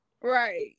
Right